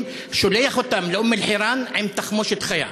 שולח אותם לאום-אלחיראן עם תחמושת חיה.